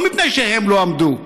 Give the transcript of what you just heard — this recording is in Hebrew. לא מפני שהם לא עמדו.